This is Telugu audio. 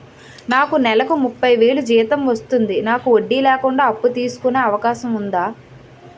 నాకు నేలకు ముప్పై వేలు జీతం వస్తుంది నాకు వడ్డీ లేకుండా అప్పు తీసుకునే అవకాశం ఉందా